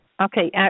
Okay